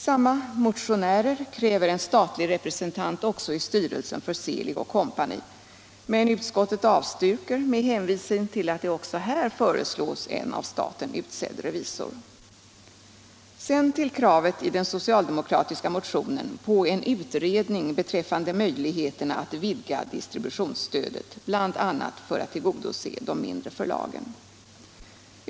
Samma motionärer kräver en statlig representant också i styrelsen för Seelig & Co., men utskottet avstyrker med hänvisning till att också här föreslås en av staten utsedd revisor. Sedan till kravet i den socialdemokratiska motionen på en utredning beträffande möjligheterna att vidga distributionsstödet, bl.a. för att tillgodose de mindre förlagen.